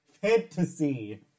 Fantasy